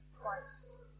Christ